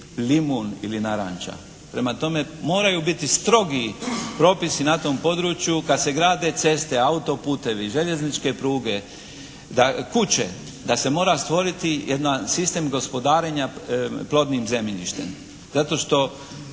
limun ili naranča. Prema tome, moraju biti strogi propisi na tom području kad se grade ceste, autoputevi, željezničke pruge, kuće, da se mora stvoriti jedan sistem gospodarenje plodnim zemljištem zato što